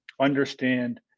understand